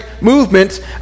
movement